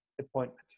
appointment